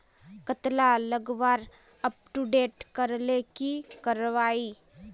कतला लगवार अपटूडेट करले की करवा ई?